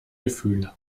gefühle